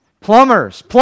Plumbers